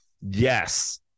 Yes